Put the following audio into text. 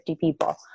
people